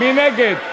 מי נגד?